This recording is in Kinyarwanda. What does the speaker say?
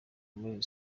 muri